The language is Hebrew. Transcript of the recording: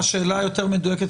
השאלה היותר מדויקת,